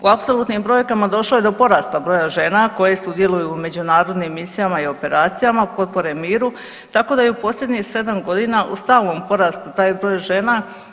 U apsolutnim brojkama došlo je do porasta broja žena koje sudjeluju u međunarodnim misijama i operacijama potpore miru tako da je u posljednjih 7 godina u stalnom porastu taj broj žena.